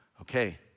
okay